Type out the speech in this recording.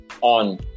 on